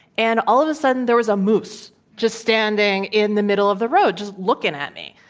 and all of a sudden, there was a moose just standing in the middle of the road, just looking at me.